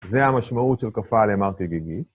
זה המשמעות של כפה עליהם הר כגיגית.